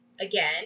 again